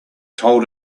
told